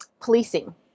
policing